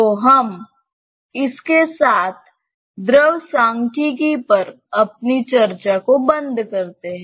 तो हम इसके साथ द्रव सांख्यिकी पर अपनी चर्चा को बंद करते हैं